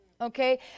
Okay